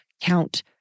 count